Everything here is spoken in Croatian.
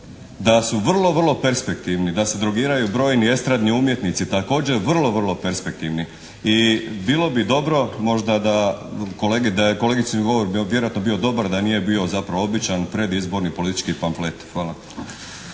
da su vrlo, vrlo perspektivni, da se drogiraju brojni estradni umjetnici također vrlo, vrlo perspektivni. I bilo bi dobro možda da kolege, da je kolegicin govor vjerojatno bio dobar da nije zapravo bio običan, predizborni politički pamflet. Hvala.